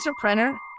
printer